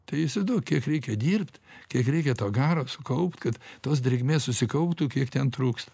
tai įsivaizduok kiek reikia dirbt kiek reikia to garo sukaupt kad tos drėgmės susikauptų kiek ten trūksta